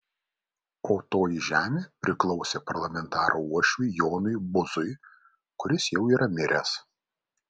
o toji žemė priklausė parlamentaro uošviui jonui buzui kuris jau yra miręs